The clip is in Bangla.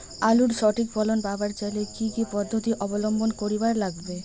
আলুর সঠিক ফলন পাবার চাইলে কি কি পদ্ধতি অবলম্বন করিবার লাগবে?